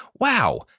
Wow